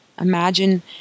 Imagine